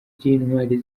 by’intwari